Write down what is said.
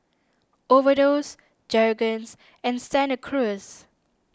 Overdose Jergens and Santa Cruz